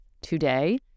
today